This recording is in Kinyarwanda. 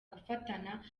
gufatana